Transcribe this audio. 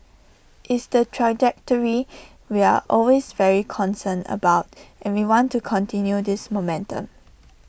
it's the trajectory we're always very concerned about and we want to continue this momentum